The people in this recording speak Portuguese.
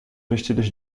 vestidas